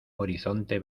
horizonte